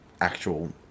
actual